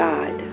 God